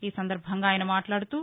ఈ సందర్భంగా ఆయన మాట్లాడుతూ